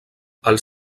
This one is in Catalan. els